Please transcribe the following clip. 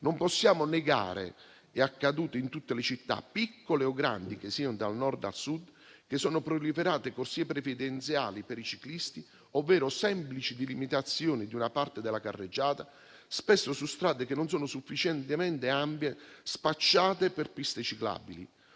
Non possiamo negare, perché è accaduto in tutte le città, piccole o grandi che siano, dal Nord o al Sud, che siano proliferate corsie preferenziali per i ciclisti, ovvero semplici delimitazioni di una parte della carreggiata, spesso su strade che non sono sufficientemente ampie, spacciate per piste ciclabili.